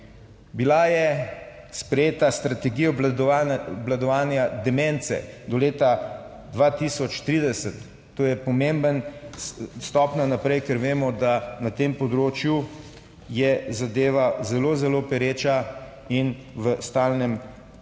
Bila je sprejeta strategija obvladovanja demence do leta 2030, to je pomemben stopnja naprej, ker vemo, da na tem področju je zadeva zelo, zelo pereča in v stalnem trendu